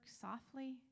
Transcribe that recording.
softly